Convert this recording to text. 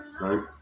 right